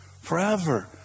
forever